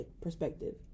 perspective